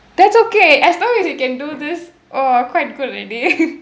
that's okay as long as you can do this !wah! quite good already